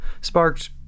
sparked